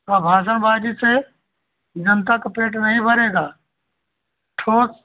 तो भाषणबाज़ी से जनता का पेट नहीं भरेगा ठोस